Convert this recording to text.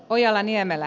ojala niemelä